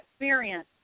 experience